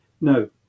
No